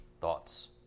thoughts